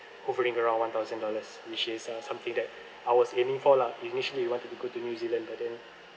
hovering around one thousand dollars which is uh something that I was aiming for lah initially we wanted to go to new zealand but then